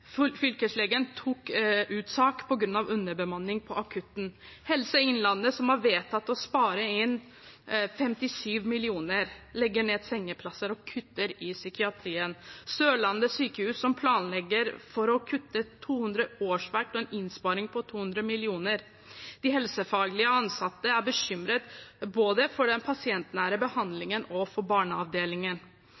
kvinneklinikken. Fylkeslegen tok ut sak på grunn av underbemanning på akutten. Sykehuset Innlandet, som har vedtatt å spare inn 57 mill. kr, legger ned sengeplasser og kutter i psykiatrien. Sørlandet sykehus planlegger å kutte 200 årsverk og foreta en innsparing på 200 mill. kr. De helsefaglig ansatte er bekymret både for den pasientnære